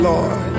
Lord